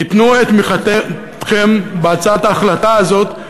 תיתנו את תמיכתכם בהצעת ההחלטה הזאת,